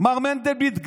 מר מנדלבליט,